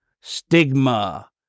Stigma